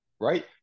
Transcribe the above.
right